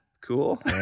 cool